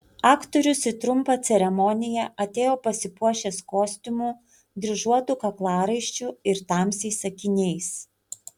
aktorius į trumpą ceremoniją atėjo pasipuošęs kostiumu dryžuotu kaklaraiščiu ir tamsiais akiniais